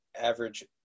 average